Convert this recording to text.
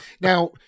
Now